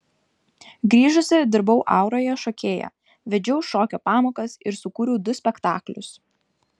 grįžusi dirbau auroje šokėja vedžiau šokio pamokas ir sukūriau du spektaklius